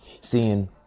Seeing